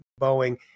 Boeing